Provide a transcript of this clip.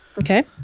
okay